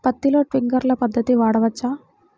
పత్తిలో ట్వింక్లర్ పద్ధతి వాడవచ్చా?